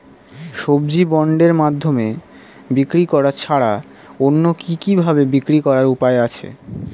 সবজি বন্ডের মাধ্যমে বিক্রি করা ছাড়া অন্য কি কি ভাবে বিক্রি করার উপায় আছে?